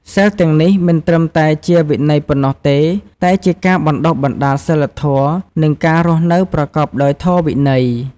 សីលទាំងនេះមិនត្រឹមតែជាវិន័យប៉ុណ្ណោះទេ តែជាការបណ្ដុះបណ្ដាលសីលធម៌ និងការរស់នៅប្រកបដោយធម៌វិន័យ។